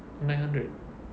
nine hundred